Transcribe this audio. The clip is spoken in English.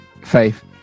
faith